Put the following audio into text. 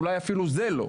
אולי אפילו זה לא,